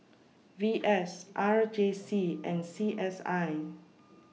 V S R J C and C S I